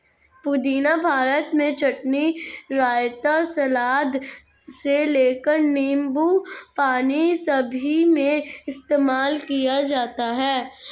पुदीना भारत में चटनी, रायता, सलाद से लेकर नींबू पानी सभी में इस्तेमाल किया जाता है